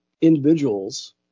individuals